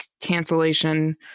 cancellation